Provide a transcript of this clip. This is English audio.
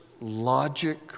logic